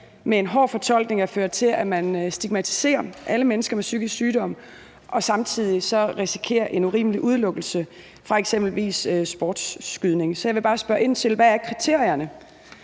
med en hård fortolkning risikerer at føre til, at man stigmatiserer alle mennesker med psykisk sygdom, og samtidig risikerer en urimelig udelukkelse fra eksempelvis sportsskydning. Så jeg vil bare spørge ind til, hvad kriterierne er